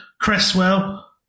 Cresswell